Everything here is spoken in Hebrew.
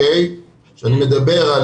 שאני מדבר,